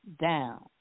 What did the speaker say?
down